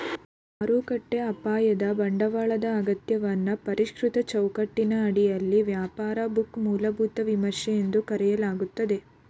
ಮಾರುಕಟ್ಟೆ ಅಪಾಯದ ಬಂಡವಾಳದ ಅಗತ್ಯವನ್ನ ಪರಿಷ್ಕೃತ ಚೌಕಟ್ಟಿನ ಅಡಿಯಲ್ಲಿ ವ್ಯಾಪಾರ ಬುಕ್ ಮೂಲಭೂತ ವಿಮರ್ಶೆ ಎಂದು ಕರೆಯಲಾಗುತ್ತೆ